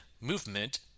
movement